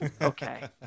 Okay